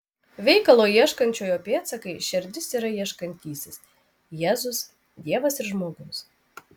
veikalo ieškančiojo pėdsakai šerdis yra ieškantysis jėzus dievas ir žmogus